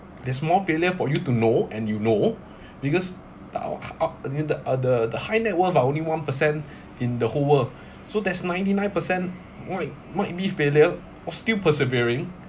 there's more failure for you to know and you know because the of up I mean the other the high net worth but only one per cent in the whole world so there's ninety nine percent might might be failure are still persevering